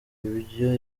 ibyo